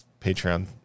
Patreon